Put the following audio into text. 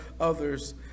others